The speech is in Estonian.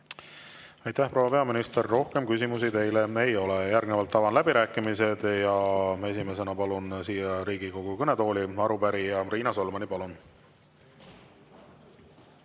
Aitäh, proua peaminister! Rohkem küsimusi teile ei ole. Järgnevalt avan läbirääkimised ja esimesena palun siia Riigikogu kõnetooli arupärija Riina Solmani. Palun!